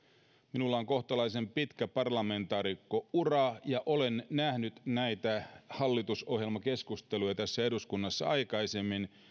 minulla on kohtalaisen pitkä parlamentaarikkoura ja olen nähnyt näitä hallitusohjelmakeskusteluja eduskunnassa aikaisemmin